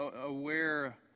aware